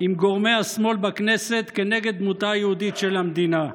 עם גורמי השמאל בכנסת כנגד דמותה היהודית של המדינה.